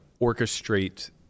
orchestrate